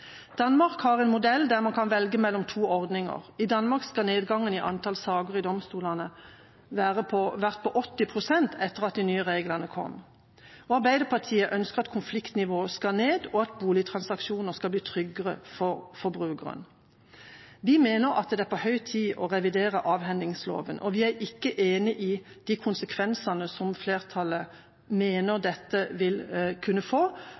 Danmark har en modell der man kan velge mellom to ordninger, og der skal nedgangen i antall saker i domstolene være på 80 pst. etter de nye reglene kom. Arbeiderpartiet ønsker at konfliktnivået skal ned, og at boligtransaksjoner skal bli tryggere for forbrukeren. Vi mener at det er på høy tid å revidere avhendingsloven. Vi er ikke enig i de konsekvensene som flertallet mener dette vil kunne få,